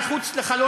אני רוצה לשאול,